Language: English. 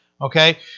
okay